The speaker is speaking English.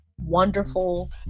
wonderful